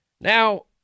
now